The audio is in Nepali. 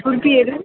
छुर्पीहरू